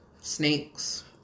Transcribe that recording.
snakes